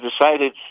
decided